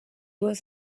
was